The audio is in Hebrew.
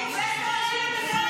לשר הביטחון.